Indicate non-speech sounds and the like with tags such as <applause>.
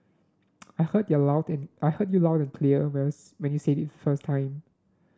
I heard you are loud in I heard you are loud and clear when you <unintelligible> when you said it first time